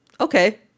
okay